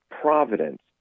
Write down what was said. providence